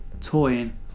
toying